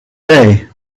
day